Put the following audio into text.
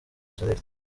select